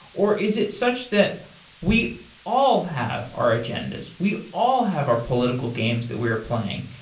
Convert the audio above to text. or is it such that we all have our agendas? we all have our political games that we are playing,